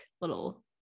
little